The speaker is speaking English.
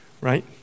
right